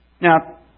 Now